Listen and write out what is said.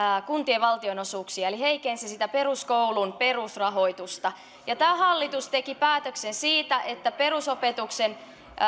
kuntien valtionosuuksia eli heikensi sitä peruskoulun perusrahoitusta ja tämä hallitus teki päätöksen siitä että perusopetuksen